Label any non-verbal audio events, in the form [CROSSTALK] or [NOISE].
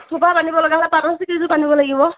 থোপা বান্ধিব লগা হ'লে তাতো [UNINTELLIGIBLE] বান্ধিব লাগিব